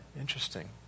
interesting